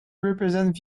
represent